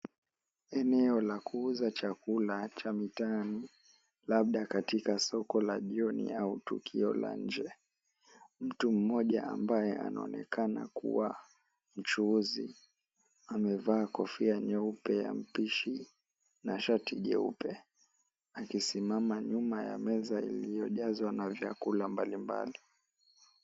Eneo la kuuza chakula cha mitaani labda katika soko la jioni au tukio la nje. Mtu mmoja ambaye anaonekana kuwa mchuuzi amevaa kofia nyeupe ya mpishi na shati jeupe akisimama nyuma ya meza iliyojazwa na vyakula mbalimbali.